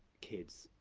kids,